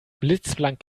blitzblank